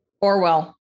Orwell